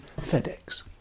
FedEx